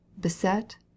Beset